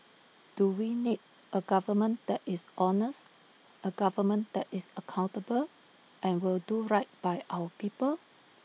do we need A government that is honest A government that is accountable and will do right by our people